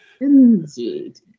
Indeed